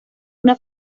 una